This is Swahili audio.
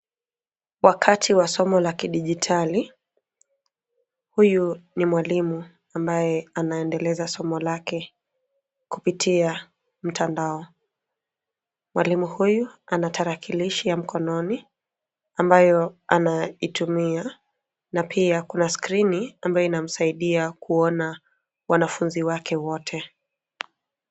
Wakati wa somo la kidigitali. Huyu ni mwalimu ambaye anaendeleza somo lake kupitia mtandao. Mwalimu huyu ana tarakilishi ya mkononi ambayo anatumia na pia kuna skrini ambayo inamsaidia kuona wanafunzi wake wote.